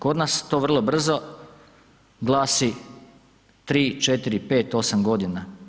Kod nas to vrlo brzo glasi 3, 4, 5, 8 godina.